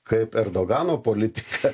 kaip erdogano politika